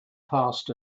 passed